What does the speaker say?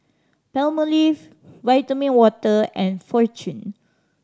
Palmolive Vitamin Water and Fortune